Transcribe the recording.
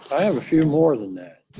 i have a few more than that.